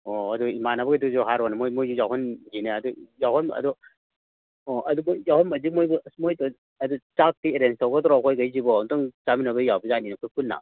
ꯑꯣ ꯑꯗꯨ ꯏꯃꯥꯟꯅꯕꯈꯩꯗꯨꯁꯨ ꯍꯥꯏꯔꯣꯅꯦ ꯃꯣꯏ ꯃꯣꯏꯁꯨ ꯌꯥꯎꯍꯟꯁꯤꯅꯦ ꯑꯗꯨ ꯌꯥꯎꯍꯟꯕ ꯑꯗꯣ ꯑꯣ ꯑꯗꯨ ꯃꯣꯏ ꯌꯥꯎꯍꯟꯕ ꯍꯥꯏꯗꯤ ꯃꯣꯏꯗꯨ ꯑꯁ ꯃꯣꯏꯗꯨ ꯍꯥꯏꯗꯤ ꯆꯥꯛꯇꯤ ꯑꯦꯔꯦꯟꯁ ꯇꯧꯒꯗ꯭ꯔꯣ ꯑꯩꯈꯣꯏꯒꯩꯁꯤꯕꯣ ꯑꯝꯇꯪ ꯆꯥꯃꯤꯟꯅꯕ ꯌꯥꯕꯖꯥꯠꯅꯤꯅꯦ ꯑꯩꯈꯣꯏ ꯄꯨꯟꯅ